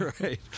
Right